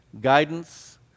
guidance